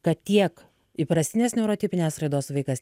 kad tiek įprastinės neurotipinės raidos vaikas